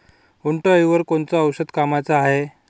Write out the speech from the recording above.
उंटअळीवर कोनचं औषध कामाचं हाये?